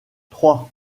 trois